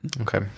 Okay